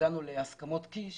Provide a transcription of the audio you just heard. כשהגענו להסכמות קיש